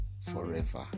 forever